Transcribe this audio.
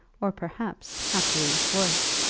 or perhaps, happily, worse.